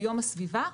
ביום הסביבה,